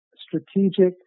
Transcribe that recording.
strategic